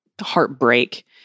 heartbreak